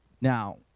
Now